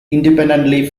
independently